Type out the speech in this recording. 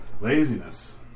Laziness